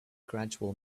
gradual